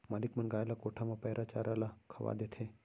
मालिक मन गाय ल कोठा म पैरा चारा ल खवा देथे